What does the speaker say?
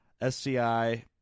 sci